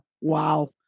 Wow